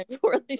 poorly